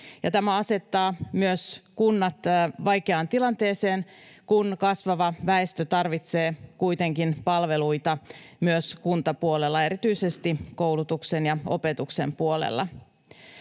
Tämä asettaa myös kunnat vaikeaan tilanteeseen, kun kasvava väestö tarvitsee kuitenkin palveluita myös kuntapuolella ja erityisesti koulutuksen ja opetuksen puolella.